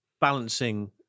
balancing